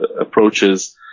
approaches